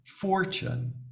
fortune